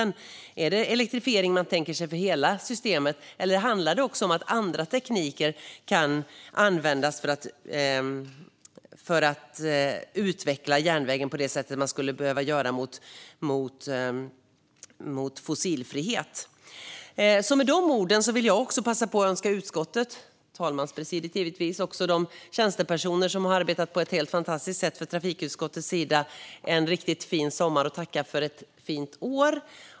Tänker man sig elektrifiering av hela systemet, eller kan även andra tekniker användas för att utveckla järnvägen mot fossilfrihet? Med dessa ord önskar jag utskottet, talmanspresidiet och utskottets fantastiska tjänstepersoner en riktigt fin sommar. Tack för ett fint år!